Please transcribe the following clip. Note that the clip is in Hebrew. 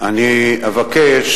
אני אבקש